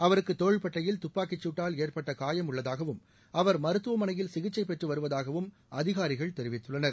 அவருக்கு தோள்பட்டையில் துப்பாக்கிச் சூட்டால் ஏற்பட்ட காயம் உள்ளதாகவும் அவர் மருத்துவமனையில் சிகிச்சை பெற்று வருவதாகவும் அதிகாரிகள் தெரிவித்துள்ளனர்